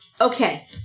okay